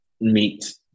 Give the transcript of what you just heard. meet